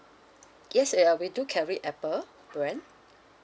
yes ya we do carry apple brand